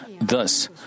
Thus